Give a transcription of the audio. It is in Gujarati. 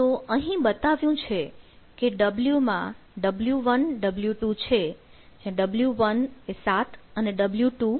તો અહીં બતાવ્યું છે કે w માં w1w2 છે w1 7 અને w2 15 છે